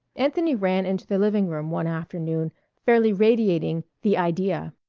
anthony ran into the living room one afternoon fairly radiating the idea.